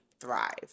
thrive